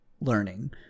learning